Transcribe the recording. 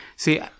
See